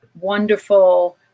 wonderful